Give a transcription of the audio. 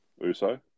Uso